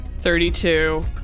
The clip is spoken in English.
thirty-two